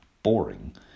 boring